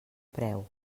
preu